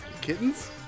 Kittens